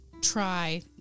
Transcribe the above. try